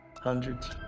Hundreds